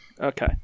Okay